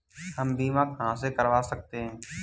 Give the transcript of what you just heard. हम बीमा कहां से करवा सकते हैं?